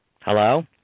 Hello